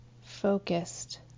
focused